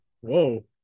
Whoa